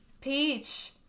Peach